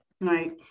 right